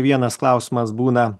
vienas klausimas būna